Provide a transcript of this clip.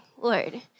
Lord